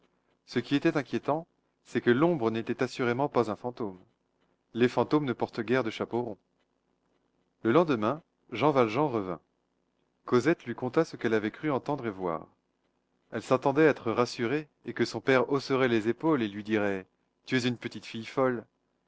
ce qui était inquiétant c'est que l'ombre n'était assurément pas un fantôme les fantômes ne portent guère de chapeaux ronds le lendemain jean valjean revint cosette lui conta ce qu'elle avait cru entendre et voir elle s'attendait à être rassurée et que son père hausserait les épaules et lui dirait tu es une petite fille folle